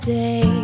day